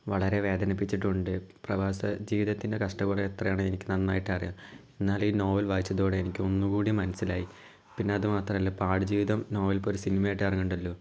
വളരെ വേദനിപ്പിച്ചിട്ടുണ്ട് പ്രവാസ ജീവിതത്തിൻ്റെ കഷ്ടപ്പാട് എത്രയാണ് എനിക്ക് നന്നായിട്ടറിയാം എന്നാൽ ഈ നോവൽ വായിച്ചതോടെ എനിക്ക് ഒന്നു കൂടി മനസ്സിലായി പിന്നെ അത് മാത്രമല്ല ഇപ്പം ആട് ജീവിതം നോവലിപ്പം ഒരു സിനിമയായിട്ട് ഇറങ്ങുന്നുണ്ടല്ലോ